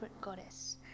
goddess